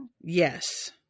Yes